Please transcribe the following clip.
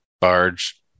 barge